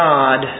God